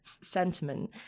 sentiment